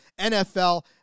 NFL